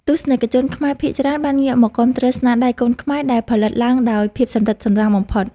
ទស្សនិកជនខ្មែរភាគច្រើនបានងាកមកគាំទ្រស្នាដៃកូនខ្មែរដែលផលិតឡើងដោយភាពសម្រិតសម្រាំងបំផុត។